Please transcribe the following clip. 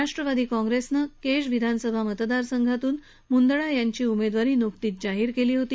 राष्ट्रवादी काँग्रेसनं केज विधानसभा मतदार संघातून मुंदडा यांची उमेदवारी नुकतीच जाहीर केली होती